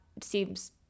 seems